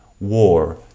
war